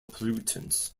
pollutants